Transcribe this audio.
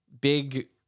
big